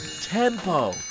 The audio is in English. Tempo